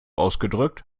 ausgedrückt